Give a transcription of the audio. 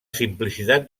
simplicitat